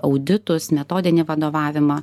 auditus metodinį vadovavimą